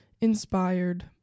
inspired